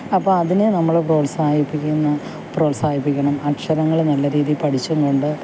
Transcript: അപ്പം അതിനെ നമ്മൾ പ്രോത്സാഹിപ്പിക്കുന്ന പ്രോത്സാഹിപ്പിക്കണം അക്ഷരങ്ങൾ നല്ല രീതിയില് പഠിച്ചുംകൊണ്ട്